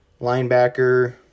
linebacker